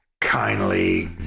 kindly